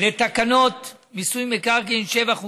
לתקנות מיסוי מקרקעין (שבח ורכישה)